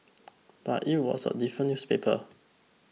but it was a different newspaper